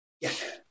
Yes